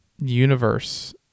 universe